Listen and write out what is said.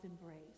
embrace